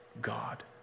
God